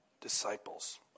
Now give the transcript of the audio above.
disciples